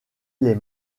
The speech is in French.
les